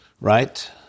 right